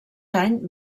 any